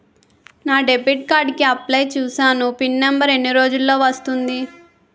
నా debit card కి apply చూసాను పిన్ నంబర్ ఎన్ని రోజుల్లో వస్తుంది?